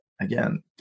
again